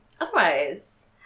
Otherwise